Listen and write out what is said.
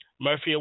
Murphy